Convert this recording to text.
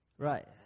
Right